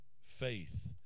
faith